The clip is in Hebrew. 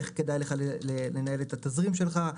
איך כדאי לך לנהל את התזרים שלך,